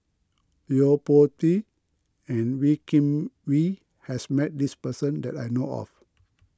Yo Po Tee and Wee Kim Wee has met this person that I know of